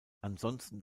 ansonsten